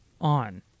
on